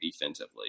defensively